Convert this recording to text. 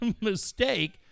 mistake